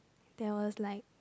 there was like